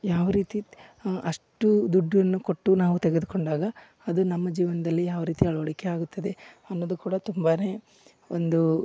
ಯಾವ ರೀತಿ ಅಷ್ಟು ದುಡ್ಡನ್ನು ಕೊಟ್ಟು ನಾವು ತೆಗೆದುಕೊಂಡಾಗ ಅದು ನಮ್ಮ ಜೀವನದಲ್ಲಿ ಯಾವ ರೀತಿ ಅಳವಡಿಕೆ ಆಗುತ್ತದೆ ಅನ್ನೊದು ಕೂಡ ತುಂಬಾನೇ ಒಂದು